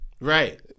Right